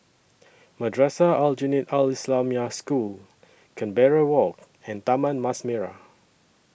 Madrasah Aljunied Al Islamic School Canberra Walk and Taman Mas Merah